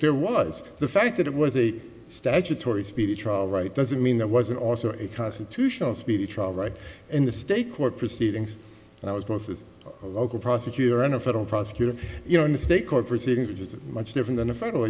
there was the fact that it was a statutory speedy trial right doesn't mean there wasn't also a constitutional speedy trial right in the state court proceedings and i was both as a local prosecutor and a federal prosecutor you know in the state court proceeding which is a much different than a federal